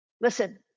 listen